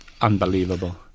unbelievable